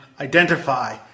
identify